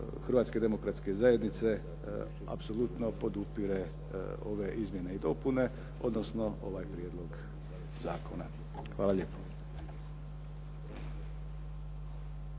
Hrvatske demokratske zajednice apsolutno podupire ove izmjene i dopune, odnosno ovaj prijedlog zakona. Hvala lijepo.